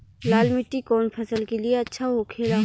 लाल मिट्टी कौन फसल के लिए अच्छा होखे ला?